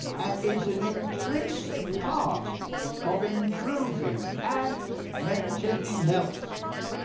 and is an intrinsic part of improving and maintaining health.